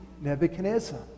Nebuchadnezzar